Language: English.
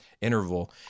interval